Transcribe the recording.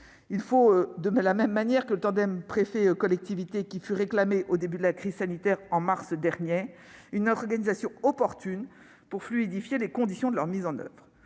Il faut, sur le modèle du tandem préfet-collectivités qui a été réclamé au début de la crise sanitaire, en mars dernier, une organisation opportune pour fluidifier les conditions de leur mise en oeuvre,